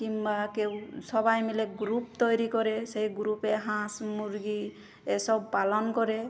কিংবা কেউ সবাই মিলে গ্রুপ তৈরি করে সেই গ্রুপে হাঁস মুরগি এ সব পালন করে